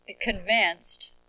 convinced